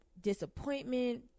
disappointment